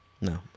No